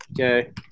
okay